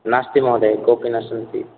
नास्ति महोदय कोऽपि न सन्ति